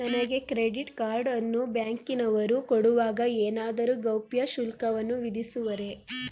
ನನಗೆ credit card ಅನ್ನು ಬ್ಯಾಂಕಿನವರು ಕೊಡುವಾಗ ಏನಾದರೂ ಗೌಪ್ಯ ಶುಲ್ಕವನ್ನು ವಿಧಿಸುವರೇ?